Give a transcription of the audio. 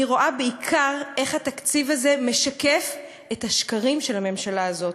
אני רואה בעיקר איך התקציב הזה משקף את השקרים של הממשלה הזאת,